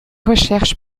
recherches